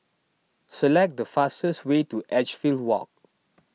select the fastest way to Edgefield Walk